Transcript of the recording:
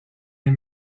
les